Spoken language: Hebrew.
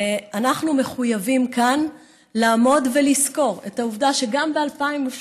ואנחנו מחויבים כאן לעמוד ולזכור את העובדה שגם ב-2018,